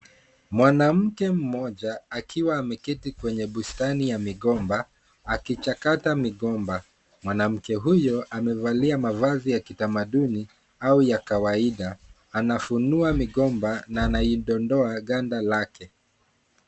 Mwanamke mmoja akiwa ameketi kwenye bustani ya migomba akichakata migomba. Mwanamke huyo amevalia mavazi ya kitamaduni au ya kawaida anafunua migomba na anaidondoa ganda lake.